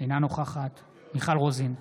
אינה נוכחת מיכל רוזין,